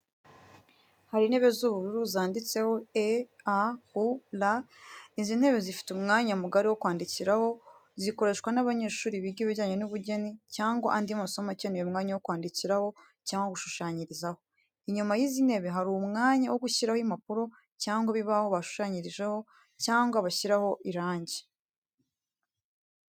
Hari intebe z’ubururu zanditseho “E.A.U.R” Izi ntebe zifite umwanya mugari wo kwandikiraho, zikoreshwa n’abanyeshuri biga ibijyanye n’ubugeni cyangwa andi masomo akeneye umwanya wo kwandikiraho cyangwa gushushanyirizaho. Inyuma y’izi ntebe hari umwanya wo gushyiraho impapuro cyangwa ibibaho bashushanyirizaho, cyangwa bashyiraho irangi.